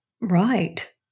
Right